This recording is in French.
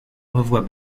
revoit